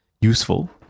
useful